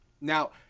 Now